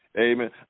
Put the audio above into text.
Amen